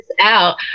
out